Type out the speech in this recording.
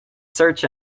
search